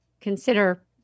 consider